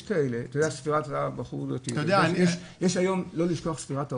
אתה יודע, לא לשכוח ספירת העומר,